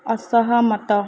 ଅସହମତ